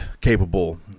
capable